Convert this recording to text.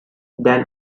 than